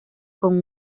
con